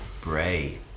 bray